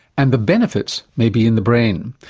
and the benefits may be in the brain.